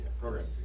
Program